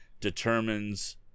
determines